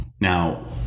Now